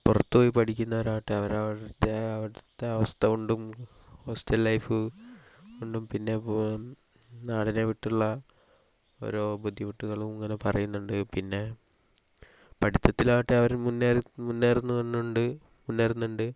പുറത്തുപോയി പഠിക്കുന്നവരാകട്ടെ അവർ അവർതെ അവിടുത്തെ അവസ്ഥകൊണ്ടും ഹോസ്റ്റൽ ലൈഫ് കൊണ്ടും പിന്നെ പോ നാടിനെ വിട്ടുള്ള ഓരോ ബുദ്ധിമുട്ടുകളും ഇങ്ങനെ പറയുന്നുണ്ട് പിന്നെ പഠിത്തത്തിലാകട്ടെ അവർ മുന്നേറു മുന്നേറുന്നുണ്ട് മുന്നേറുന്നുണ്ട്